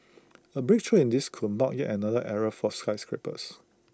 A breakthrough in this could mark yet another era for skyscrapers